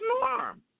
norm